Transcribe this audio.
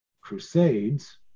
crusades